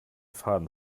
faden